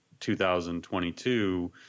2022